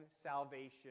salvation